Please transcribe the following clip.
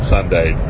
Sunday